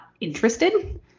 interested